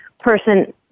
person